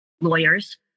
lawyers